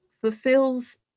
fulfills